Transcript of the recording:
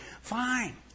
Fine